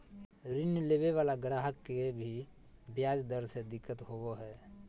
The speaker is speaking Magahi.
ऋण लेवे वाला गाहक के भी ब्याज दर से दिक्कत होवो हय